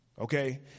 Okay